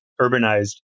urbanized